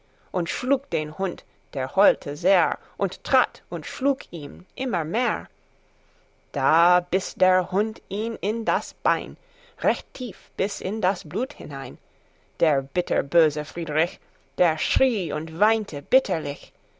und schlug den hund der heulte sehr und trat und schlug ihn immer mehr da biß der hund ihn in das bein recht tief bis in das blut hinein der bitterböse friederich der schrie und weinte bitterlich